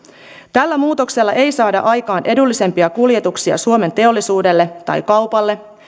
tällä muutoksella ei saada aikaan edullisempia kuljetuksia suomen teollisuudelle tai kaupalle